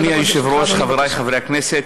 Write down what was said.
אדוני היושב-ראש, חברי חברי הכנסת,